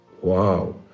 Wow